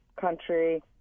country